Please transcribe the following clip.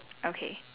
okay